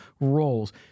roles